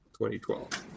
2012